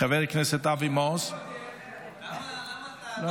חבר הכנסת אבי מעוז -- אני לא מוותר,